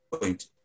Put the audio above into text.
point